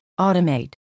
automate